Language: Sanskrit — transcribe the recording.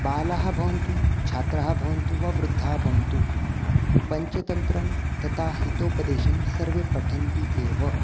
बालाः भवन्तु छात्राः भवन्तु वा वृद्धाः भवन्तु पञ्चतन्त्रं तथा हितोपदेशं सर्वे पठन्ति एव